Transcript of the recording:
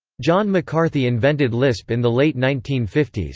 john mccarthy invented lisp in the late nineteen fifty s.